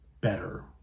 better